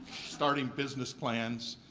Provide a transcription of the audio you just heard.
starting business plans,